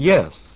Yes